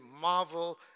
marvel